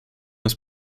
his